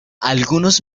algunos